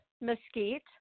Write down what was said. Mesquite